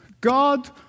God